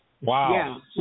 wow